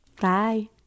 Bye